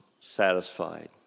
satisfied